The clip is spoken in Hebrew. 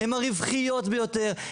הן הרווחיות ביותר,